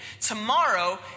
Tomorrow